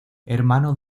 hermano